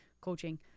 coaching